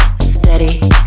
steady